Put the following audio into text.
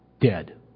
dead